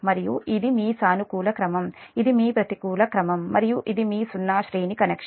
మరియు ఇది మీ సానుకూల క్రమం ఇది మీ ప్రతికూల క్రమం మరియు ఇది మీ సున్నా శ్రేణి కనెక్షన్